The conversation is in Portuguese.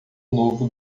novo